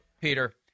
Peter